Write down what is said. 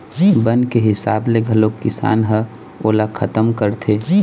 बन के हिसाब ले घलोक किसान ह ओला खतम करथे